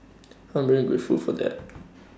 I'm very grateful for that